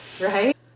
Right